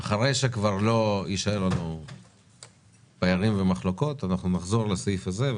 ואחרי שכבר לא יישארו לנו פערים ומחלוקות נחזור לסעיף הזה,